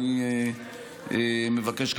אני מבקש,